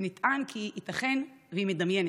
ונטען כי ייתכן שהיא מדמיינת.